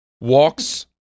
Walks